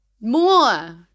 more